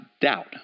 doubt